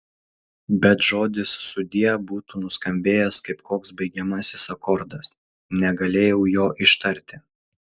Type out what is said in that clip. bet žodis sudie būtų nuskambėjęs kaip koks baigiamasis akordas negalėjau jo ištarti